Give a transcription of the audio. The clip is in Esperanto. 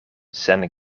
sen